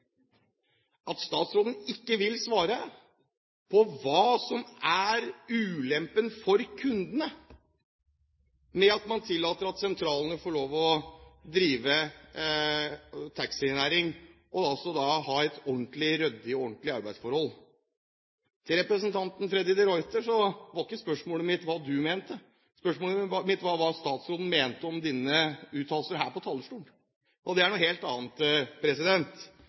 at statsråden ikke vil svare på hva som er ulempen for kundene ved at man tillater at sentralene får lov til å drive taxinæring og ha et ryddig og ordentlig arbeidsforhold. Til representanten Freddy de Ruiter: Spørsmålet mitt var ikke hva du mente. Spørsmålet mitt var hva statsråden mente om dine uttalelser her på talerstolen. Det er noe helt annet.